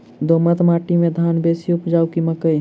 दोमट माटि मे धान बेसी उपजाउ की मकई?